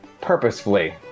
purposefully